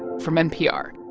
from npr